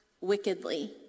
wickedly